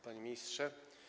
Panie Ministrze!